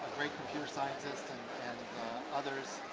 great computer scientist, and others.